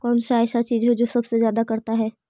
कौन सा ऐसा चीज है जो सबसे ज्यादा करता है?